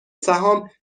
سهام